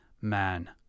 Man